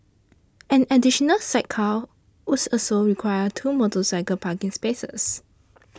an additional sidecar would also require two motorcycle parking spaces